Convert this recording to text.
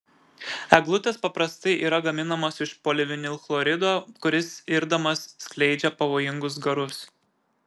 eglutės paprastai yra gaminamos iš polivinilchlorido kuris irdamas skleidžia pavojingus garus